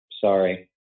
Sorry